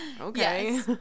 Okay